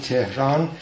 Tehran